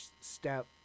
step